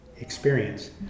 experience